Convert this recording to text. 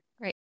Great